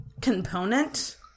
component